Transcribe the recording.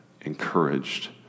encouraged